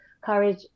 courage